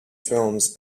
films